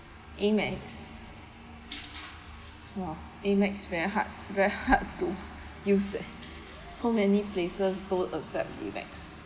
Amex !wah! Amex very hard very hard to use eh so many places don't accept Amex